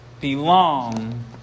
belong